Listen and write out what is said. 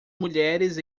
mulheres